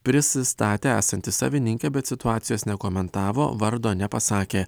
prisistatė esanti savininkė bet situacijos nekomentavo vardo nepasakė